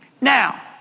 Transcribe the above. Now